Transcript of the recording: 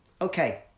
Okay